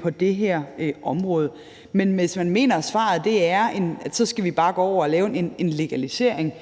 på det her område. Men hvis man mener, at svaret er, at vi bare skal gå over og lave en legalisering,